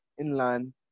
inland